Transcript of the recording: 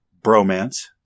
bromance